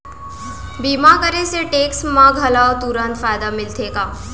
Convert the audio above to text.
बीमा करे से टेक्स मा घलव तुरंत फायदा मिलथे का?